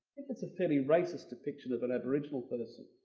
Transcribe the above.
it's a fairly racist depiction of an aboriginal person